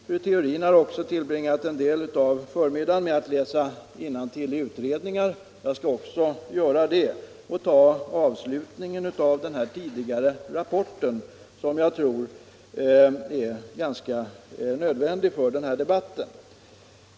Fru Theorin har tillbringat en del av förmiddagen med att läsa innantill ur utredningar. Jag skall också göra så och citera avslutningen av den tidigare rapporten, som jag tror det är ganska nödvändigt att känna till i den här debatten.